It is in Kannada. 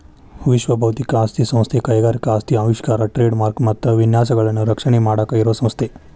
ವಿಶ್ವ ಬೌದ್ಧಿಕ ಆಸ್ತಿ ಸಂಸ್ಥೆ ಕೈಗಾರಿಕಾ ಆಸ್ತಿ ಆವಿಷ್ಕಾರ ಟ್ರೇಡ್ ಮಾರ್ಕ ಮತ್ತ ವಿನ್ಯಾಸಗಳನ್ನ ರಕ್ಷಣೆ ಮಾಡಾಕ ಇರೋ ಸಂಸ್ಥೆ